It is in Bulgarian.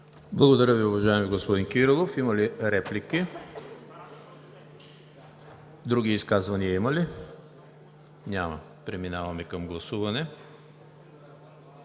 Благодаря Ви, уважаеми господин Кирилов. Има ли реплики? Не. Други изказвания? Няма. Преминаваме към гласуване.